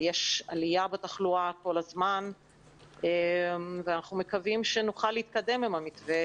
יש עלייה בתחלואה כל הזמן ואנחנו מקווים שנוכל להתקדם עם המתווה